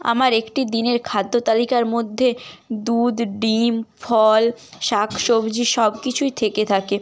আমার একটি দিনের খাদ্য তালিকার মধ্যে দুধ ডিম ফল শাক সবজি সব কিছুই থেকে থাকে